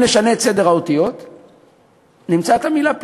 אם נשנה את סדר האותיות נמצא את המילה "פיוס".